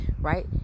right